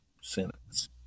sentence